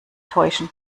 täuschen